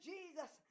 Jesus